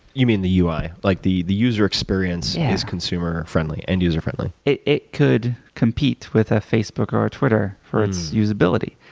you mean the ui? like the the user experience is consumer friendly and user friendly. it it could compete with a facebook or a twitter for its usability.